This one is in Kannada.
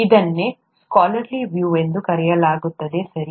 ಇದನ್ನೇ ಸ್ಕಾಲರ್ಲಿ ವ್ಯೂ ಎಂದು ಕರೆಯಲಾಗುತ್ತದೆ ಸರಿ